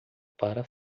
para